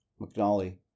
McNally